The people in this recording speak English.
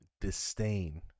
disdain